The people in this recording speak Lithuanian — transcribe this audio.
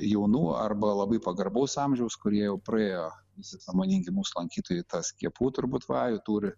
jaunų arba labai pagarbaus amžiaus kurie jau praėjo visi sąmoningi mūsų lankytojai tą skiepų turbūt vajų turi